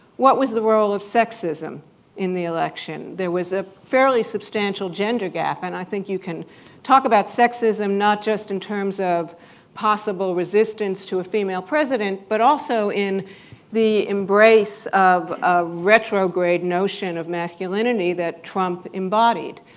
what was the role of sexism in the election? there was a fairly substantial gender gap, and i think you can talk about sexism, not just in terms of possible resistance to a female president, but also in the embrace of a retrograde notion of masculinity that trump embodied.